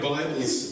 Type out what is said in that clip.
Bibles